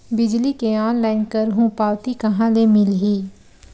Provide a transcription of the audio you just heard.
बिजली के ऑनलाइन करहु पावती कहां ले मिलही?